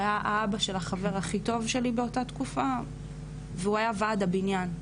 הוא היה אבא של החבר הכי טוב שלי באותה תקופה והוא היה ועד הבניין,